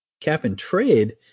Cap-and-trade